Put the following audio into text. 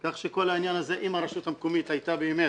אם הרשות המקומית הייתה באמת